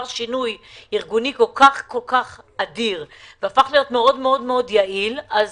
שינוי ארגוני אדיר כל כך והפך להיות מאוד יעיל אז